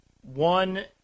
one